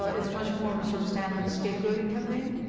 ah it's much more of a sort of standard scapegoating campaign.